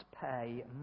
pay